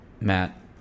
Matt